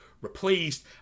replaced